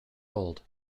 old